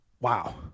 wow